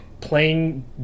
playing